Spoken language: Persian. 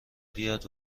بیاد